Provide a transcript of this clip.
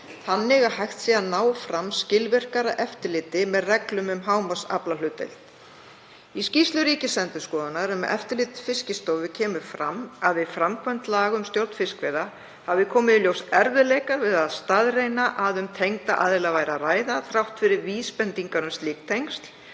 þannig að hægt sé að ná fram skilvirkara eftirliti með reglum um hámarksaflahlutdeild. Í skýrslu Ríkisendurskoðunar um eftirlit Fiskistofu kemur fram að við framkvæmd laga um stjórn fiskveiða hafi komið í ljós erfiðleikar við að staðreyna að um tengda aðila væri að ræða þrátt fyrir vísbendingar um slík tengsl